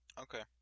Okay